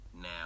now